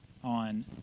on